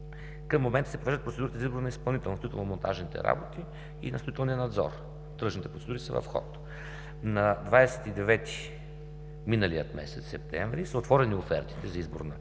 Към момента се провеждат процедури за избор на изпълнител на строително-монтажните работи и на строителния надзор. Тръжните процедури са в ход. На 29 септември 2017 г. са отворени офертите за избор на